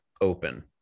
open